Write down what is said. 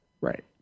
right